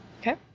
Okay